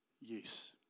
yes